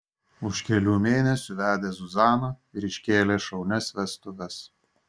už kelių mėnesių vedė zuzaną ir iškėlė šaunias vestuves